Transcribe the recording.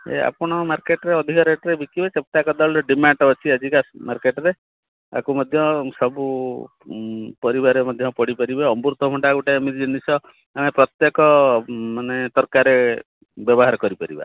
ଏ ଆପଣ ମାର୍କେଟରେ ଅଧିକା ରେଟରେ ବିକିବେ ଚେପଟା କଦଳୀର ଡିମାଣ୍ଡ ଅଛି ଆଜିକା ମାର୍କେଟରେ ୟାକୁ ମଧ୍ୟ ସବୁ ପରିବାରେ ମଧ୍ୟ ପଡ଼ିପାରିବ ଅମୃତଭଣ୍ଡା ଗୋଟେ ଏମିତି ଜିନିଷ ଆମେ ପ୍ରତ୍ୟେକ ମାନେ ତରକାରୀରେ ବ୍ୟବହାର କରିପାରିବା